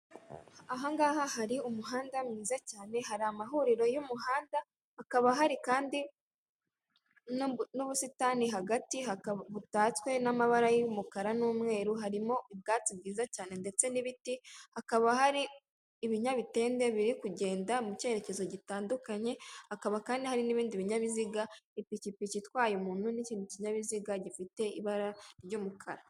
Ahangaha hari umuhanda mwiza cyane, hari amahuriro y'umuhanda hakaba hari kandi n'ubusitani hagati, butatswe n'amabara y'umukara n'umweru, harimo ubwatsi bwiza cyane ndetse n'ibiti, hakaba hari ibinyabitende biri kugenda mu cyerekezo gitandukanye, hakaba kandi hari n'ibindi binyabiziga ipikipiki itwaye umuntu n'ikindi kinyabiziga gifite ibara ry'umukara.